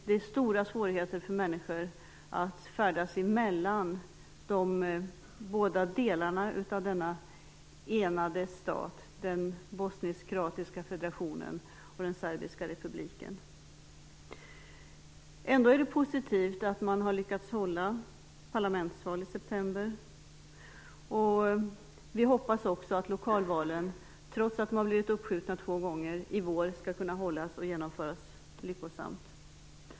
Det är stora svårigheter för människor att färdas emellan de båda delarna av denna enade stat, den bosnisk-kroatiska federationen och den serbiska republiken. Ändå är det positivt att man har lyckats hålla parlamentsval i september, och vi hoppas också att lokalvalen i vår skall kunna genomföras lyckosamt, trots att de blivit uppskjutna två gånger.